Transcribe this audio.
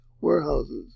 warehouses